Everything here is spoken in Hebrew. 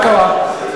מה קרה?